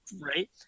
Right